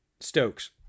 Stokes